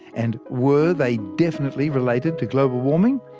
and were they definitely related to global warming?